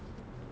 ya